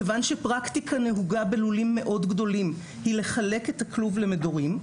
מכיוון שפרקטיקה נהוגה בלולים מאוד גדולים היא לחלק את הכלוב למדורים,